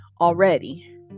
already